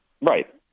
Right